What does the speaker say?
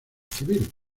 civil